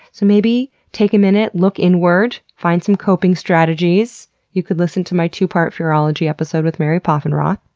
so maybe take a minute, look inward, find some coping strategies you can listen to my two-part fearology episode with mary poffenroth,